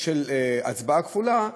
של הצבעה כפולה,